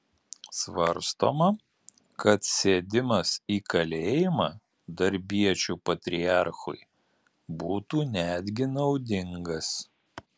svarstoma kad sėdimas į kalėjimą darbiečių patriarchui būtų netgi naudingas